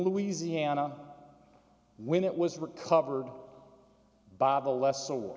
louisiana when it was recovered by the less